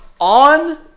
on